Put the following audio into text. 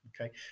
Okay